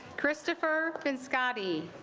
christopher and scoby